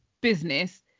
business